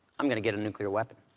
i'm going to get a nuclear weapon.